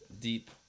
deep